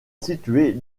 située